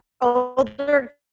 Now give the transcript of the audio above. older